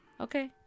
Okay